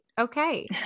Okay